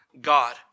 God